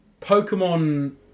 Pokemon